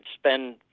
spend